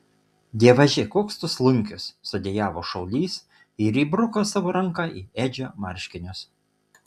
dievaži koks tu slunkius sudejavo šaulys ir įbruko savo ranką į edžio marškinius